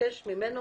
לבקש ממנו